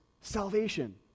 salvation